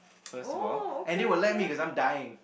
first of all and they will let me because I'm dying